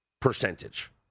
percentage